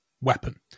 weapon